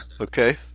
Okay